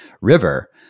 river